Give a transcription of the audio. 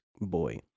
boy